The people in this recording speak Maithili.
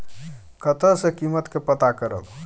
कतय सॅ कीमत के पता करब?